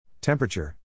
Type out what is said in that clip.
Temperature